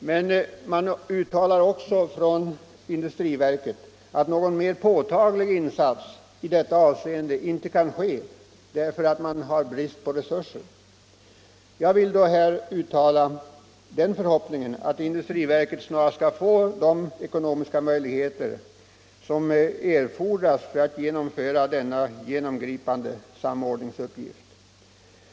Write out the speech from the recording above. Men industriverket uttalar också att någon mer påtaglig insats i detta avseende inte kunnat göras på grund av brist på resurser. Jag vill då här uttala den förhoppningen, att industriverket snarast skall få de ekonomiska möjligheter som erfordras för att utföra denna genomgripande samordningsuppgift.